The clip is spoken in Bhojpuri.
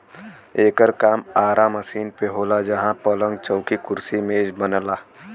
एकर काम आरा मशीन पे होला जहां पलंग, चौकी, कुर्सी मेज बनला